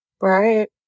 Right